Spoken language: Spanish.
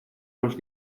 los